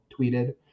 tweeted